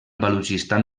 balutxistan